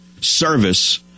service